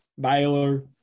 Baylor